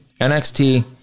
NXT